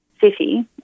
city